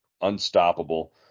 unstoppable